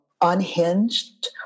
unhinged